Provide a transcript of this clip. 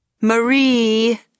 Marie